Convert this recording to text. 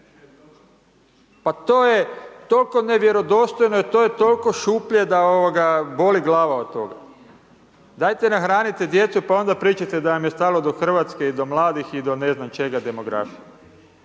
Pa to je tol'ko nevjerodostojno, to je tol'ko šuplje da, ovoga, boli glava od toga. Dajte nahranite djecu, pa onda pričajte da vam je stalo do Hrvatske i do mladih, i do ne znam čega, demografije.